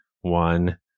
One